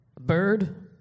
bird